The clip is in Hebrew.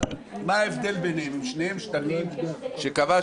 אבל מה ההבדל ביניהם, הם שניהם שטחים שכבשנו?